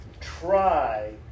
try